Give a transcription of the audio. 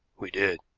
we did.